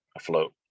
afloat